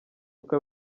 uko